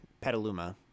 Petaluma